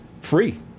free